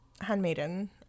handmaiden